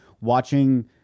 watching